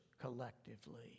collectively